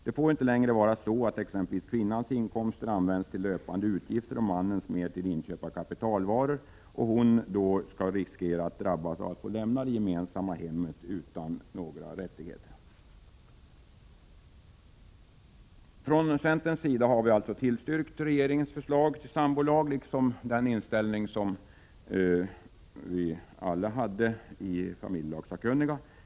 Det får inte längre vara så, att om exempelvis kvinnans inkomster använts till löpande utgifter och mannens mera till inköp av kapitalvaror, kvinnan skall riskera att få lämna det gemensamma hemmet nästan utan några rättigheter. ö Centern har alltså tillstyrkt regeringens förslag till sambolag liksom den inställning som vi alla hade i familjelagssakkunniga.